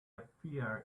appear